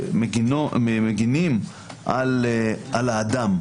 המגנים על האדם,